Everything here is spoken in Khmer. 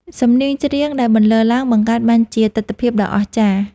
សំនៀងច្រៀងដែលបន្លឺឡើង បង្កើតបានជាទិដ្ឋភាពដ៏អស្ចារ្យ។